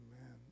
Amen